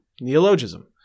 Neologism